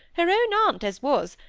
her own aunt as was,